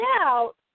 out